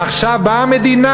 עכשיו באה המדינה,